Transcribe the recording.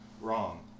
Wrong